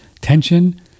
tension